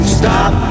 stop